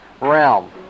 realm